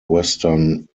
western